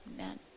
Amen